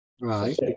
Right